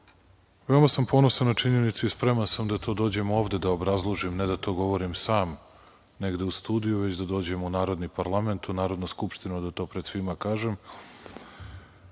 sam ponosan na činjenicu i spreman da to dođem ovde da obrazložim, ne da to govorim sam negde u studiju već da dođem u narodni parlament, u Narodnu skupštinu, da to pred svima kažem.